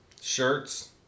shirts